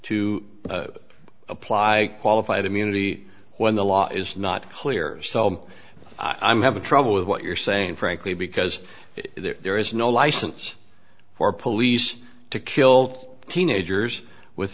to apply qualified immunity when the law is not clear so i'm having trouble with what you're saying frankly because there is no license for police to kilt teenagers with